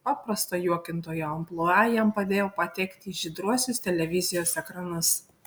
paprasto juokintojo amplua jam padėjo patekti į žydruosius televizijos ekranus